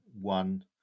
one